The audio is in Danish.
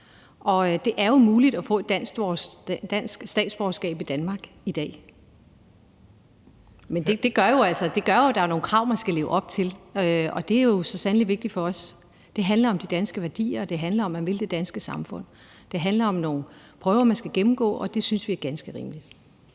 det er jo muligt at få et dansk statsborgerskab i Danmark i dag. Men der er jo nogle krav, man skal leve op til, og det er jo så sandelig vigtigt for os. Det handler om de danske værdier, og det handler om at ville det danske samfund. Det handler om nogle prøver, man skal gennemgå, og det synes vi er ganske rimeligt.